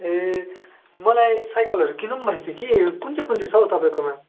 ए मलाई साइकिलहरू किनौँ भनेको थिएँ कि कुन चाहिँ कुन चाहिँ छ हो तपाईँकोमा